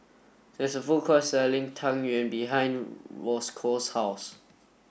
there is a food court selling Tang Yuen behind Roscoe's house